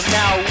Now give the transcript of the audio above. now